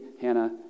Hannah